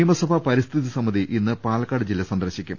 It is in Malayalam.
നിയമസഭാ പരിസ്ഥിതി സമിതി ഇന്ന് പാല്ക്കാട് ജില്ല സന്ദർശി ക്കും